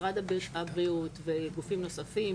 משרד הבריאות וגופים נוספים,